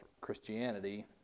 Christianity